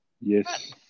Yes